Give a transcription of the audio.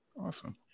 Awesome